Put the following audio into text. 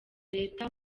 leta